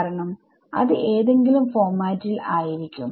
കാരണം അത് ഏതെങ്കിലും ഫോർമാറ്റിൽ ആയിരിക്കും